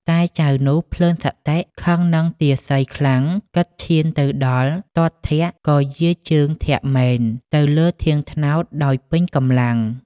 តែ...ចៅនោះភ្លើនសតិខឹងនឹងទាសីខ្លាំង គិតឈានទៅដល់ទាត់ធាក់ ក៏យារជើងធាក់មែន ទៅលើធាងត្នោតដោយពេញកម្លាំង។